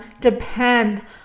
depend